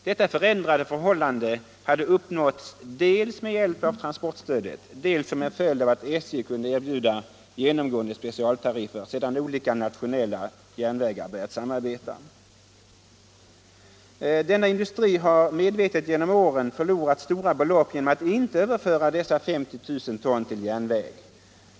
Detta förändrade förhållande hade uppnåtts dels med hjälp av transportstödet, dels som följd av att SJ genomgående kunde erbjuda specialtariffer sedan olika nationella järnvägar börjat samarbeta. Denna industri har totalt genom åren förlorat stora belopp genom att inte överföra dessa 50 000 ton gods till järnväg.